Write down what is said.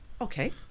Okay